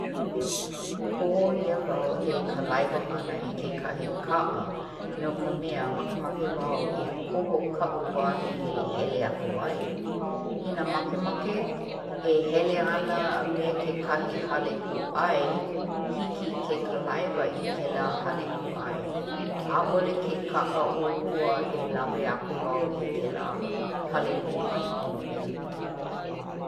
Koho ʻia wau e kalaiwa ʻana i kekahi kaʻa no ka mea makemake wau e koho kaʻu kahi e hele aku ai. Inā makemake e hele ana me ke kahi hale kūʻai, hiki ke kalaiwa i kēlā hale kūʻai. ʻAʻole ke kaʻa ʻohua e lawe aku wau i kēlā hale kūʻai ponoʻi.